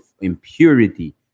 impurity